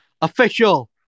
official